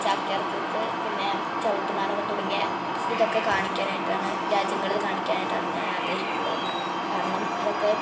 ചാക്ക്യാര്ക്കൂത്ത് പിന്നേ ചവിട്ട് നാടകം തുടങ്ങിയ ഇതൊക്കെ കാണിക്കാനായിട്ടാണ് രാജ്യങ്ങളില് കാണിക്കാനായിട്ടാണ് ഞാനാഗ്രഹിക്കുന്നത് കാരണം അതൊക്കെ